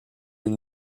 une